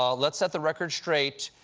um let's set the record straight.